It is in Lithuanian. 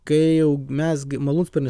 kai jau mes gi malūnsparnis